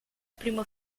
primo